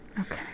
Okay